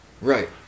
Right